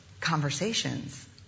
conversations